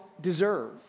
deserve